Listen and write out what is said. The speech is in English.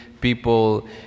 people